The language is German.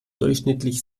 durchschnittlich